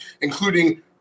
including